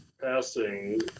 passing